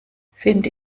finde